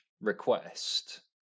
request